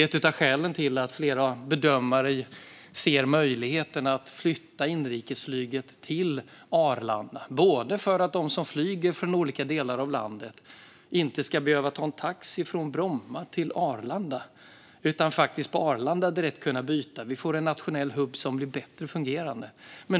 Ett av skälen till att flera bedömare ser möjligheten att flytta inrikesflyget till Arlanda är att de som flyger från olika delar av landet inte ska behöva ta en taxi från Bromma till Arlanda utan kunna byta direkt på Arlanda. Vi får en nationell hubb som blir bättre fungerande.